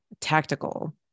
tactical